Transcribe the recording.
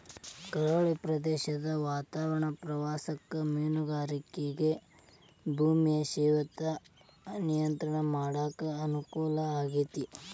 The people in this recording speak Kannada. ಕರಾವಳಿ ಪ್ರದೇಶದ ವಾತಾವರಣ ಪ್ರವಾಸಕ್ಕ ಮೇನುಗಾರಿಕೆಗ ಭೂಮಿಯ ಸವೆತ ನಿಯಂತ್ರಣ ಮಾಡಕ್ ಅನುಕೂಲ ಆಗೇತಿ